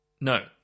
no